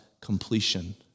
completion